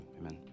amen